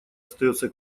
остается